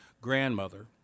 grandmother